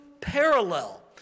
parallel